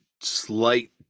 slight